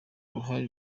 uruhare